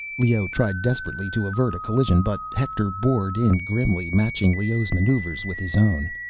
leoh tried desperately to avert a collision, but hector bored in grimly, matching leoh's maneuvers with his own.